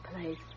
place